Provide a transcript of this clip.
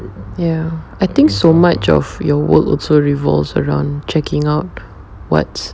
ya I think so much of your work also revolves around checking out what's